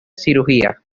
cirugía